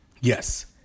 Yes